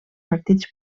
partits